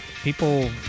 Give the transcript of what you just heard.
People